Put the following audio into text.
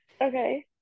Okay